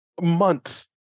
months